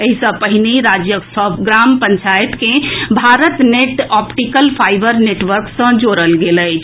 एहि सँ पहिने राज्यक सभ ग्राम पंचायत के Bharat net optical fibre network सँ जोड़ल गेल अछि